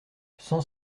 cent